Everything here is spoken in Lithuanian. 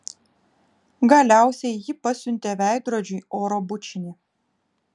galiausiai ji pasiuntė veidrodžiui oro bučinį